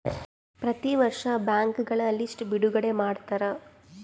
ಪ್ರತಿ ವರ್ಷ ಬ್ಯಾಂಕ್ಗಳ ಲಿಸ್ಟ್ ಬಿಡುಗಡೆ ಮಾಡ್ತಾರ